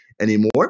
anymore